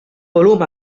volum